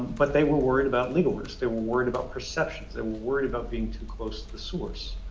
but they were worried about legal risks. there were worried about perceptions. they were worried about being too close to the source.